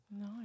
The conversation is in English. No